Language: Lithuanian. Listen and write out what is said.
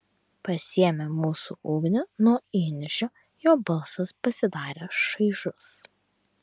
pasiėmė mūsų ugnį nuo įniršio jo balsas pasidarė šaižus